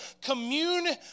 commune